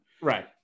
Right